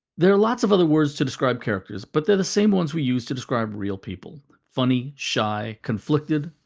there are lots of other words to describe characters but they're the same ones we use to describe real people funny, shy, conflicted,